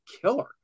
killer